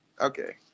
Okay